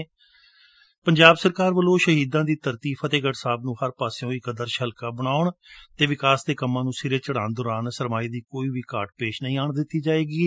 ਪੰਜਾਬ ਸਰਕਾਰ ਵੱਲੋਂ ਸ਼ਹੀਦਾਂ ਦੀ ਧਰਤੀ ਫਤਿਹਗੜੁ ਸਾਹਿਬ ਨੂੰ ਹਰ ਪਾਸਿਓਂ ਇਕ ਆਦਰਸ਼ ਹਲਕਾ ਬਣਾਉਣ ਲਈ ਵਿਕਾਸ ਦੇ ਕੰਮਾਂ ਨੂੰ ਸਿਰੇ ਚੜ੍ਹਾਉਣ ਦੌਰਾਨ ਸਰਮਾਏ ਦੀ ਕੋਈ ਵੀ ਘਾਟ ਪੇਸ਼ ਨਹੀ ਆਉਣ ਦਿੱਡੀ ਜਾਵੇਗੀ